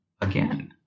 again